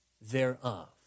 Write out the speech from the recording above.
thereof